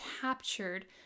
captured